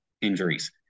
injuries